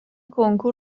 کنکور